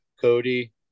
Cody